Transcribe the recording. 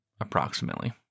approximately